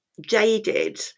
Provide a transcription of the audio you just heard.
jaded